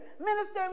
minister